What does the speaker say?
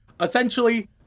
Essentially